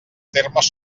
termes